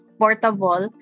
portable